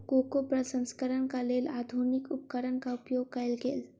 cocoa प्रसंस्करणक लेल आधुनिक उपकरणक उपयोग कयल गेल